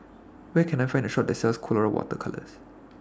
Where Can I Find A Shop that sells Colora Water Colours